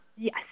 Yes